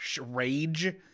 Rage